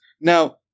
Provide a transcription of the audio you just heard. Now